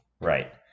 Right